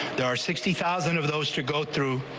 there are sixty thousand of those to go through.